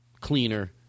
Cleaner